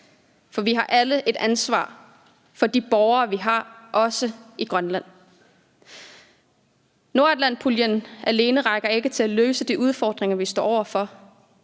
for vi har alle et ansvar for de borgere, vi har, også i Grønland. Nordatlantpuljen alene rækker ikke til at løse de udfordringer, vi står over for,